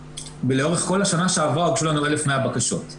ולאורך כל השנה שעברה הוגשו לנו 1,100 בקשות.